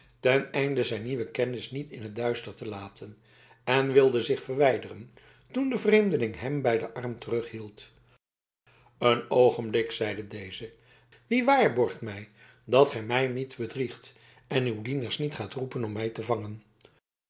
ten einde zijn nieuwen kennis niet in t duister te laten en wilde zich verwijderen toen de vreemdeling hem bij den arm terughield een oogenblik zeide deze wie waarborgt mij dat gij mij niet bedriegt en uw dienaars niet gaat roepen om mij te vangen